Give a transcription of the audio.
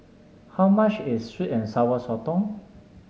how much is sweet and Sour Sotong